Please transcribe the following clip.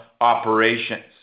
operations